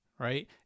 Right